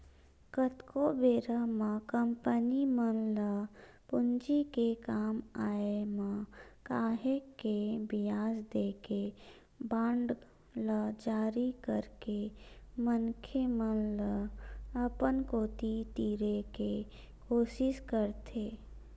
कतको बेरा म कंपनी मन ल पूंजी के काम आय म काहेक के बियाज देके बांड ल जारी करके मनखे मन ल अपन कोती तीरे के कोसिस करथे